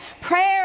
Prayer